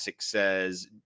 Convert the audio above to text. says